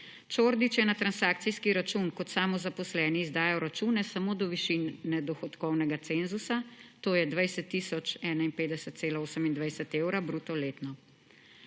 Čordić je na transakcijski račun kot samozaposleni izdajal račune samo do višin nedohodkovnega cenzusa, to je 20 tisoč 51,28 evra bruto letno,